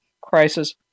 crisis